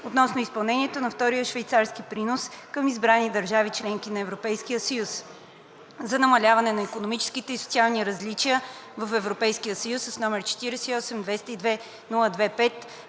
относно изпълнението на Втория швейцарски принос към избрани държави – членки на Европейския съюз, за намаляване на икономическите и социалните различия в Европейския съюз, № 48-202-02-5,